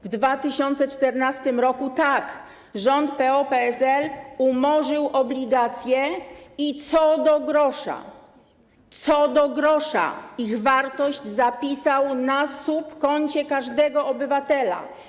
W 2014 r. - tak, rząd PO-PSL umorzył obligacje i co do grosza - co do grosza - ich wartość zapisał na subkoncie każdego obywatela.